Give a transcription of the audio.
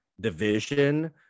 division